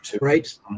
right